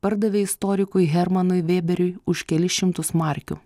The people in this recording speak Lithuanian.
pardavė istorikui hermanui vėberiui už kelis šimtus markių